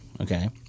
okay